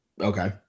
Okay